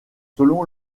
selon